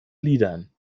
liedern